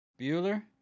Bueller